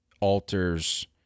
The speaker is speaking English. alters